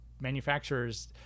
manufacturers